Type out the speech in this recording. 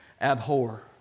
Abhor